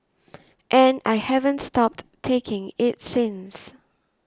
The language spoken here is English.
and I haven't stopped taking it since